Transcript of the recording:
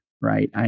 right